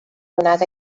donat